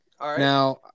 Now